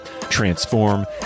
transform